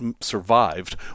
survived